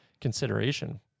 consideration